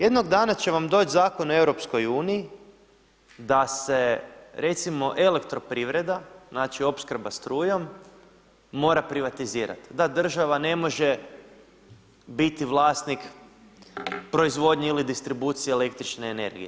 Jednog dana će vam doći Zakon o EU da se recimo elektroprivreda, znači opskrba strujom mora privatizirati, da država ne može biti vlasnik proizvodnje ili distribucije električne energije.